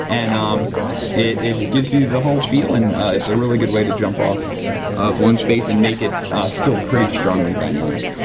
and um it it gives you the whole feel and it's a really good way to jump off one space and make it still pretty strongly dynamic.